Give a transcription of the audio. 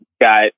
got